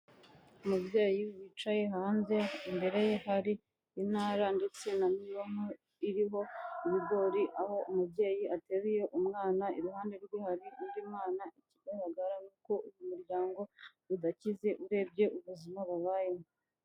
Umubyeyi wicaye hanze imbere ye hari intara ndetse na mironko iriho ibigori, aho umubyeyi ateruye umwana iruhande rwe hari undi mwana, ikigaragara yuko umuryango udakize urebye ubuzima babayemo.